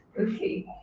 Okay